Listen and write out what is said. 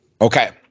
Okay